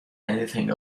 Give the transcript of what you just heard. anything